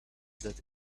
that